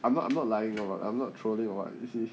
I'm not I'm not lying about I'm not trolling or what this is